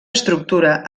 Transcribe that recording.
estructura